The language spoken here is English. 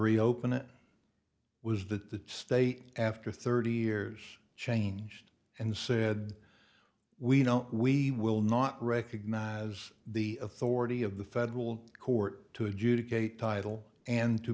reopen it was the state after thirty years changed and said we know we will not recognize the authority of the federal court to adjudicate title and to